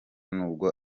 nubwo